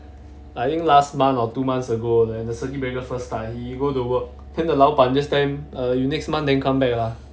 I think last month or two months ago when the circuit breaker first start he go to work then the 老板 just tell him uh you next month then come back lah